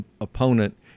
opponent